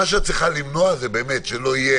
מה שאת צריכה למנוע זה באמת שלא יהיו